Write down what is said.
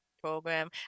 program